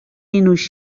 وقت